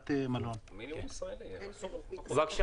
ערב המגיפה היו באילת כ-2,000 עובדים ירדנים.